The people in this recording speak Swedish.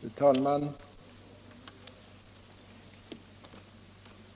Fru talman!